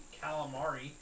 calamari